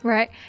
Right